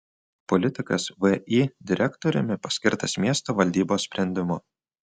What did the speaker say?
politikas vį direktoriumi paskirtas miesto valdybos sprendimu